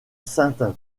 sainte